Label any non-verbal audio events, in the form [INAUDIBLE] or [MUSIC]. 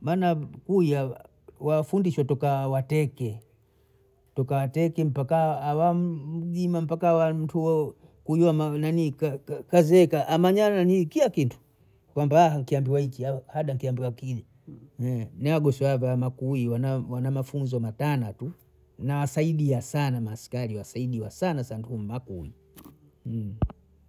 bana [HESITATION] p- puya ya [HESITATION] wafundishwa tuka wateke tukawateke mpaka [HESITATION] awa mjima mpaka wantue kuya mmninii [HESITATION] ka- kazeeka amang'an'a ni kila kitu kwamba hawa kiambiwa hiki au haba kiambiwa kile [HESITATION] ne agosweavyo amakuyi wana mafunzo matana tu, nasaidia sana maaskari wasaidia sana sana ntui makuyi [HESITATION]